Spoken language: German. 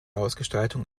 ausgestaltung